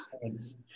Thanks